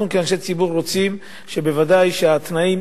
אנחנו כאנשי ציבור רוצים בוודאי שהתנאים